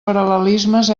paral·lelismes